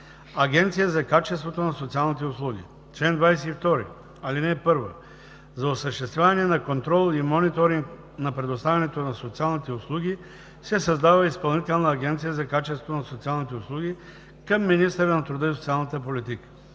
„Агенция за качеството на социалните услуги Чл. 22. (1) За осъществяване на контрол и мониторинг на предоставянето на социалните услуги се създава изпълнителна Агенция за качеството на социалните услуги към министъра на труда и социалната политика.